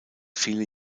viele